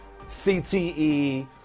CTE